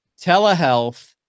telehealth